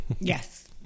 Yes